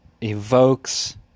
evokes